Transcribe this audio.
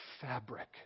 fabric